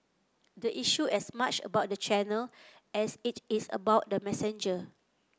the issue as much about the channel as it is about the messenger